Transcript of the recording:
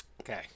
okay